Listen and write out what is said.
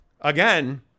again